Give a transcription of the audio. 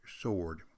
sword